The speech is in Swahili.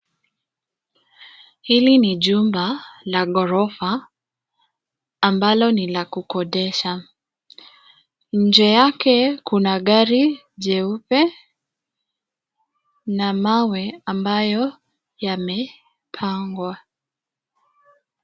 Hili ni jumba, la ghorofa, ambalo ni la kukodisha, nje yake kuna gari jeupe, na mawe ambayo yamepangwa.